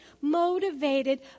motivated